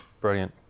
Brilliant